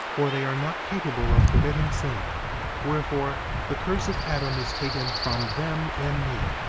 for they are not capable of committing sin wherefore the curse of adam is taken from them in me,